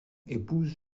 épouse